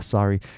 ，Sorry，